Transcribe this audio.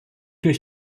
durch